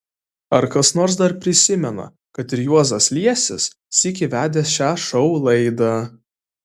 ar kas nors dar prisimena kad ir juozas liesis sykį vedė šią šou laidą